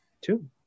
two